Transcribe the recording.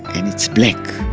and it's black.